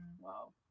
Wow